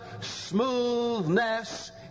smoothness